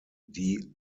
die